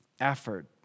effort